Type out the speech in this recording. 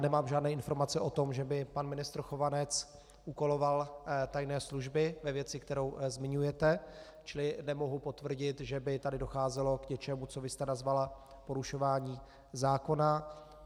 Nemám žádné informace o tom, že by pan ministr Chovanec úkoloval tajné služby ve věci, kterou zmiňujete, čili nemohu potvrdit, že by tady docházelo k něčemu, co vy jste nazvala porušování zákona.